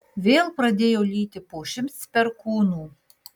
vėl pradėjo lyti po šimts perkūnų